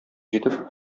җитеп